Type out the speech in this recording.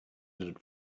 knitted